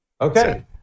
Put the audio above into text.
Okay